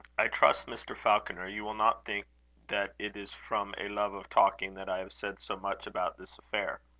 i trust, mr. falconer, you will not think that it is from a love of talking that i have said so much about this affair.